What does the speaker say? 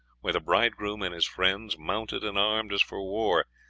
where the bridegroom and his friends, mounted and armed as for war,